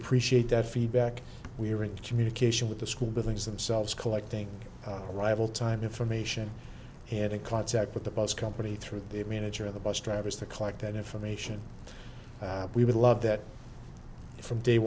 appreciate that feedback we're in communication with the school buildings themselves collecting arrival time information had a contact with the bus company through the manager of the bus drivers to collect that information we would love that from day